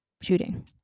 shooting